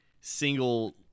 single –